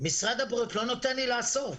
שמשרד התיירות חייב להקים מתווה,